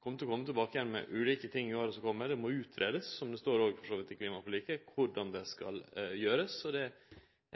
å kome tilbake med ulike ting i åra som kjem. Det må greiast ut – som det for så vidt òg står i klimaforliket – korleis det skal gjerast, og det